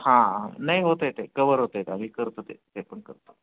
हां नाही होत आहे ते कवर होत आहे आम्ही करतो ते ते पण करतो